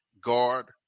guard